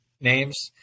names